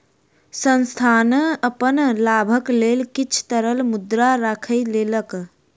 संस्थान अपन लाभक लेल किछ तरल मुद्रा राइख लेलक